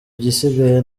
igisigaye